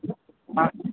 ಹಾಂ